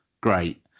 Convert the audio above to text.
great